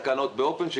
יש